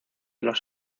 los